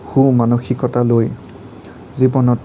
সু মানসিকতা লৈ জীৱনত